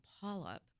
polyp